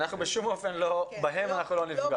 בשום פנים ואופן, בהם אנחנו לא נפגע.